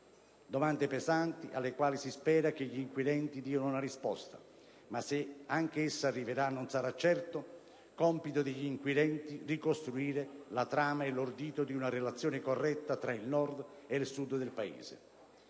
domande pesanti, alle quali si spera che gli inquirenti diano un risposta. Ma se anche essa arriverà, non sarà certo compito degli inquirenti ricostruire la trama e l'ordito di una relazione corretta tra il Nord e il Sud del Paese.